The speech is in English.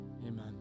Amen